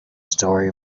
story